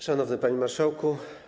Szanowny Panie Marszałku!